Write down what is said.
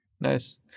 Nice